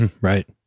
Right